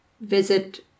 visit